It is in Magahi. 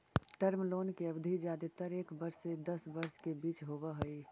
टर्म लोन के अवधि जादेतर एक वर्ष से दस वर्ष के बीच होवऽ हई